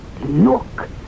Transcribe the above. Look